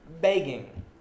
begging